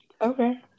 Okay